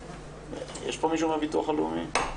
יש פה מישהו מהביטוח הלאומי?